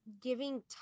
giving